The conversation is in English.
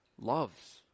loves